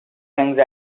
things